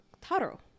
taro